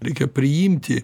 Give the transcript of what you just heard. reikia priimti